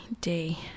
day